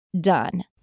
done